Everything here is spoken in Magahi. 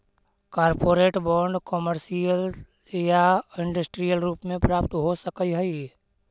कॉरपोरेट बांड कमर्शियल या इंडस्ट्रियल रूप में प्राप्त हो सकऽ हई